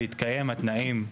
בהתקיים התנאים,